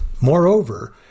Moreover